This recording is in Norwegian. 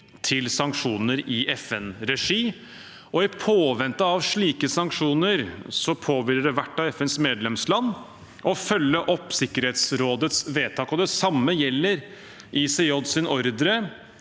til sanksjoner i FN-regi, og i påvente av slike sanksjoner påhviler det hvert av FNs medlemsland å følge opp Sikkerhetsrådets vedtak. Det samme gjelder ICJs ordre